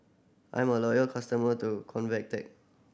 I'm a loyal customer to Convatec